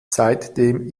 seitdem